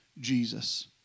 Jesus